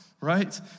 right